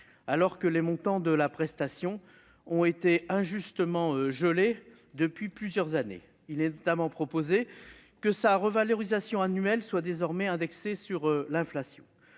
Alors que les montants de la prestation ont été injustement gelés depuis plusieurs années, il est notamment proposé que sa revalorisation annuelle soit désormais indexée sur l'inflation.